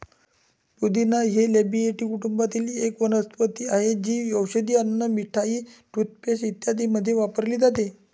पुदिना हे लॅबिएटी कुटुंबातील एक वनस्पती आहे, जी औषधे, अन्न, मिठाई, टूथपेस्ट इत्यादींमध्ये वापरली जाते